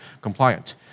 compliant